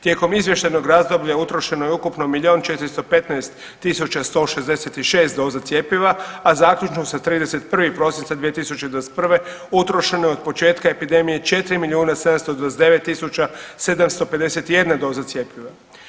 Tijekom izvještajnog razdoblja utrošeno je ukupno milijun 415 tisuća 166 doza cjepiva, a zaključno sa 31. prosinca 2021. utrošeno je od početka epidemije 4 milijuna 729 tisuća 751 doza cjepiva.